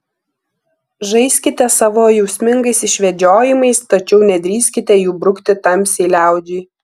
žaiskite savo jausmingais išvedžiojimais tačiau nedrįskite jų brukti tamsiai liaudžiai